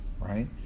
right